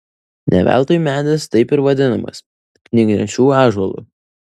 ne veltui medis taip ir vadinamas knygnešių ąžuolu